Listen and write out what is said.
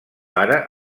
ara